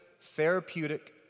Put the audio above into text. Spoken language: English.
therapeutic